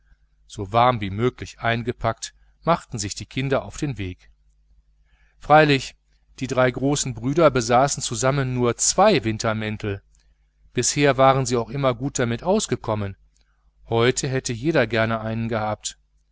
so warm wie möglich eingepackt machten sich die kinder auf den weg freilich die drei großen brüder besaßen zusammen nur zwei wintermäntel bisher waren sie auch immer gut damit ausgekommen heute hätte jeder gerne einen gehabt